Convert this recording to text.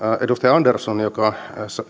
edustaja andersson joka